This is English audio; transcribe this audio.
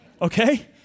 Okay